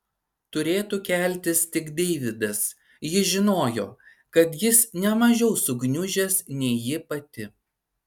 turėtų keltis tik deividas ji žinojo kad jis ne mažiau sugniužęs nei ji pati